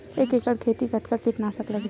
एक एकड़ खेती कतका किट नाशक लगही?